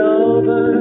over